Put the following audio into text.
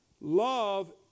Love